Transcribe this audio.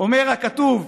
אומר הכתוב,